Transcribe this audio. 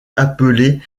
appelé